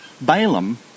Balaam